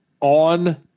on